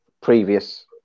previous